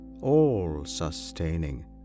all-sustaining